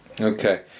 Okay